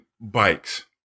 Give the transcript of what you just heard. bikes